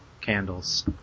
candles